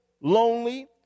lonely